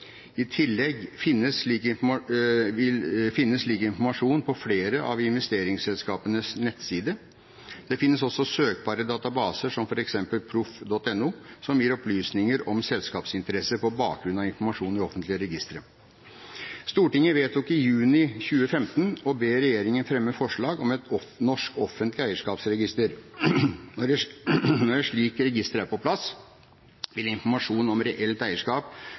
I tillegg finnes slik informasjon på flere av investeringsselskapenes nettsider. Det finnes også søkbare databaser, som f.eks. proff.no, som gir opplysninger om selskapsinteresser på bakgrunn av informasjon i offentlige registre. Stortinget vedtok i juni 2015 å be regjeringen fremme forslag om et norsk offentlig eierskapsregister. Når et slikt register er på plass, vil informasjon om reelt eierskap